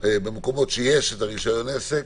במקומות שיש את רישיון העסק,